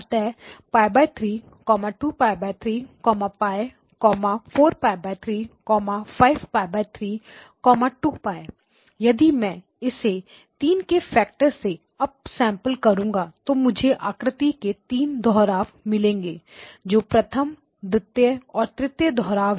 अतः π3 2π3 π 4π3 5π3 2π यदि मैं इसे 3 के फैक्टर से अप सेंपलिंग करूंगा तो मुझे आकृति के तीन दोहराव मिलेंगे जो प्रथम द्वितीय और तृतीय दोहराव है